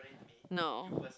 no